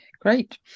Great